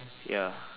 ya